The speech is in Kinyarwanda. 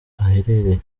aherereye